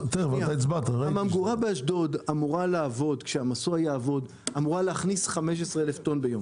הממגורה באשדוד אמורה להכניס 15,000 טון כשהמסוע יעבוד.